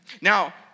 Now